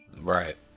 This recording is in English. right